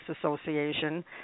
Association